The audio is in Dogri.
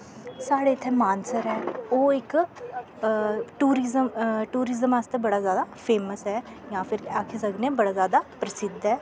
साढ़े इत्थें मानसर ऐ ओह् इक टूरिजम टूरिजम आस्तै बड़ा जैदा फेमस ऐ जां फिर आक्खी सकने बड़ा जैदा प्रसिध्द ऐ